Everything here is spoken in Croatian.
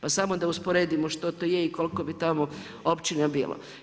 Pa samo da usporedimo što to je i koliko bi tamo općina bilo.